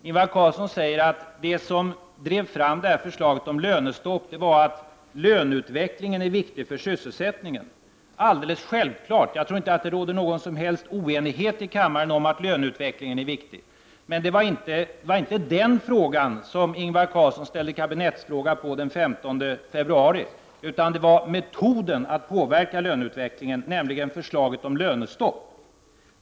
Ingvar Carlsson säger att det som drev fram förslaget om lönestopp var att löneutvecklingen var viktig för sysselsättningen. Alldeles självklart är det så. Jag tror inte att det råder någon som helst oenighet i kammaren om att löneutvecklingen är viktig. Men det var inte den saken som Ingvar Carlsson ställde en kabinettsfråga på den 15 februari, utan det var metoden att påverka löneutvecklingen, nämligen förslaget om lönestopp.